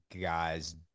guys